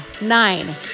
Nine